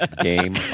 Game